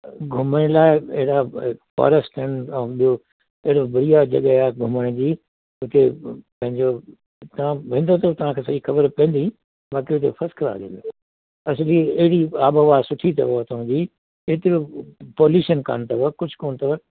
घुमण लाइ अहिड़ा ऐं ॿियों हेड़ी बढ़िया जॻह आए घुमण जी उते पंहिंजो तव्हां वेंदव त तव्हांखे सॼी ख़बर पवंदी बाक़ी त फस्ट क्लास आहिनि एक्चुली अहिड़ी आबोहवा सुठी अथव हुतां जी उते पोल्यूशन कान अथव कुझु कोन अथव